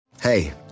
Hey